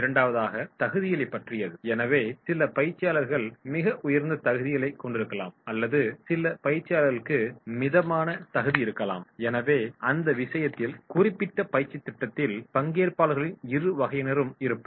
இரண்டாவதாக தகுதிகளைப் பற்றியது எனவே சில பயிற்சியாளர்கள் மிக உயர்ந்த தகுதிகளைக் கொண்டிருக்கலாம் அல்லது சில பயிற்சியாளர்களுக்கு மிதமான தகுதி இருக்கலாம் எனவே அந்த விஷயத்தில் குறிப்பிட்ட பயிற்சித் திட்டத்தில் பங்கேற்பாளர்களின் இரு வகையினரும் இருப்பர்